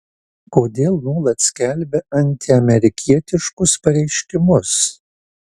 kodėl nuolat skelbia antiamerikietiškus pareiškimus